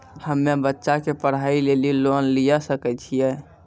हम्मे बच्चा के पढ़ाई लेली लोन लिये सकय छियै?